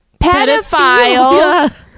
Pedophile